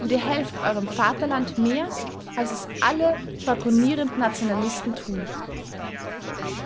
und ihr helft eurem vaterland mehr als es alle schwadronierenden nationalisten tun